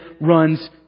runs